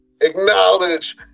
acknowledge